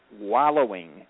wallowing